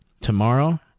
tomorrow